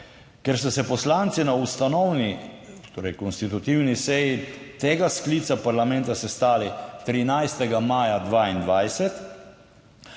Ker ste se poslanci na ustanovni, torej konstitutivni seji tega sklica parlamenta sestali 13. maja 2022,